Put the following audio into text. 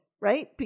right